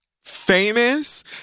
Famous